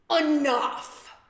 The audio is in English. enough